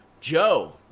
Joe